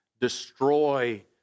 destroy